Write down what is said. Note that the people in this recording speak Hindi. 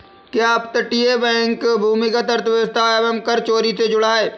क्या अपतटीय बैंक भूमिगत अर्थव्यवस्था एवं कर चोरी से जुड़ा है?